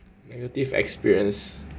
negative experience